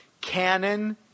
canon